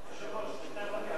היושב-ראש, בינתיים רק הערה?